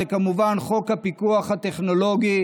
זה כמובן חוק הפיקוח הטכנולוגי